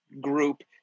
group